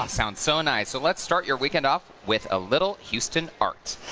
um sounds so nice, so let's start your weekend off with a little houston art.